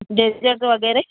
desert वग़ैरह